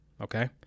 Okay